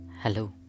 Hello